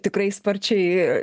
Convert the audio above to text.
tikrai sparčiai